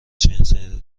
چنین